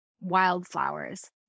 Wildflowers